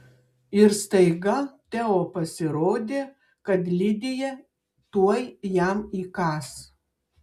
ir staiga teo pasirodė kad lidija tuoj jam įkąs